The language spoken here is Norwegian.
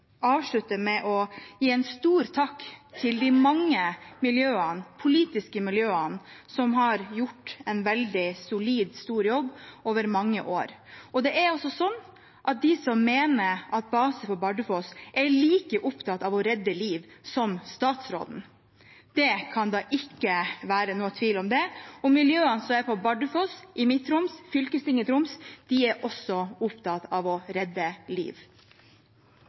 avslutte med å gi en stor takk til de mange politiske miljøene som har gjort en veldig solid, stor jobb over mange år. Og det er altså sånn at de som mener at man skal ha base på Bardufoss, er like opptatt av å redde liv som statsråden. Det kan da ikke være noen tvil om det. De miljøene som er på Bardufoss, i Midt-Troms, fylkestinget i Troms, er også opptatt av å redde liv.